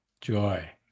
joy